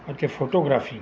ਅਤੇ ਫੋਟੋਗ੍ਰਾਫੀ